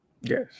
Yes